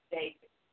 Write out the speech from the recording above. David